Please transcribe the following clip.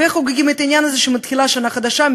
וחוגגים את העניין הזה שמתחילה שנה חדשה,